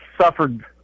suffered